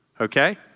Okay